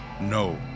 No